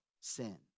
sin